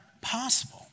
possible